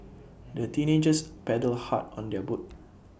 the teenagers paddled hard on their boat